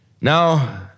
Now